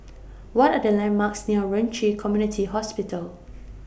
What Are The landmarks near Ren Ci Community Hospital